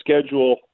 schedule